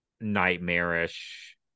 nightmarish